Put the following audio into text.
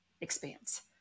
expands